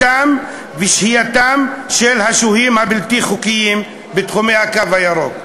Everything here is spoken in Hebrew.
ושהייה של השוהים הבלתי-חוקיים בתחומי הקו הירוק.